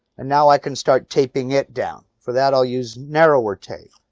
and now i can start taping it down. for that, i'll use narrower tape.